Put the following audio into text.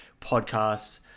podcasts